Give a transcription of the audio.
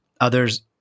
others